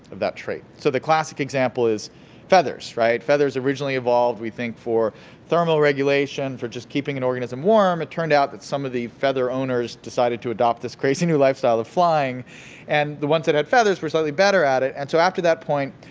of that trait. so, the classic example is feathers, right? feathers originally evolved, we think, for thermal regulation, for just keeping an organism warm and it turned out that some of the feather owners decided to adopt this crazy new lifestyle of flying and the ones that had feathers were suddenly better at it. and so after that point,